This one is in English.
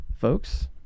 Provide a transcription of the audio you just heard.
folks